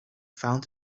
found